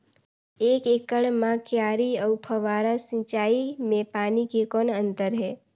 एक एकड़ म क्यारी अउ फव्वारा सिंचाई मे पानी के कौन अंतर हे?